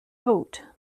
coat